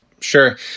sure